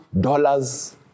dollars